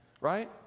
Right